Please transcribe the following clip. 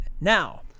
now